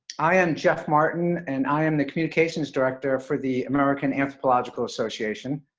i am jeff martin, and i am the communications director for the american anthropological association,